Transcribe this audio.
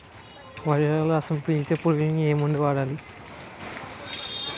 వరిలో రసం పీల్చే పురుగుకి ఏ మందు వాడాలి?